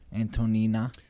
antonina